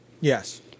yes